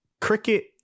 cricket